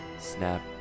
snap